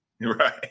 Right